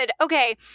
Okay